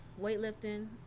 weightlifting